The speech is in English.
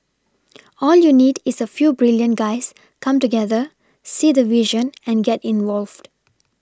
all you need is a few brilliant guys come together see the vision and get involved